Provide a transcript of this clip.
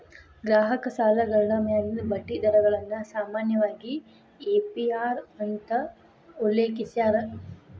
ಗ್ರಾಹಕ ಸಾಲಗಳ ಮ್ಯಾಲಿನ ಬಡ್ಡಿ ದರಗಳನ್ನ ಸಾಮಾನ್ಯವಾಗಿ ಎ.ಪಿ.ಅರ್ ಅಂತ ಉಲ್ಲೇಖಿಸ್ಯಾರ